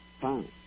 fine